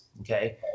okay